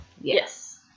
Yes